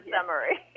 summary